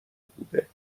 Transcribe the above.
بوده